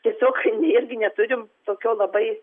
tiesiog irgi neturim tokio labai